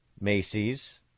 Macy's